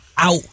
Out